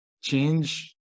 change